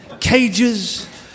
cages